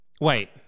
Wait